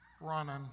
Running